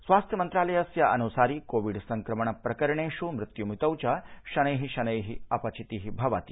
स्वास्थ्य मन्त्रालयस्य अनुसारि कोविड् संक्रमण प्रकरणेषु मृत्युमितौ च शनैः शनैः अपचितिः भवति